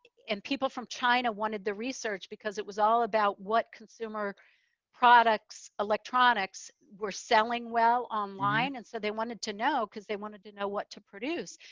and people from china wanted the research because it was all about what consumer products, electronics were selling well online. and so they wanted to know, cause they wanted to know what to produce.